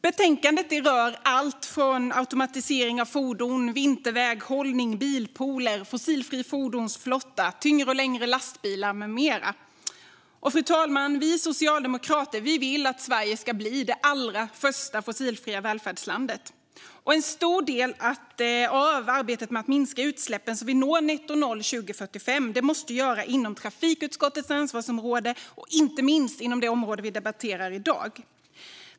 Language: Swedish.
Betänkandet rör allt från automatisering av fordon, vinterväghållning, bilpooler, en fossilfri fordonsflotta till tyngre och längre lastbilar med mera. Fru talman! Vi socialdemokrater vill att Sverige ska bli det allra första fossilfria välfärdslandet. En stor del av arbetet med att minska utsläppen så att vi når netto noll 2045 måste göras inom trafikutskottets ansvarsområde och inte minst inom det område vi debatterar i dag.